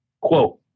Quote